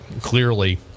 clearly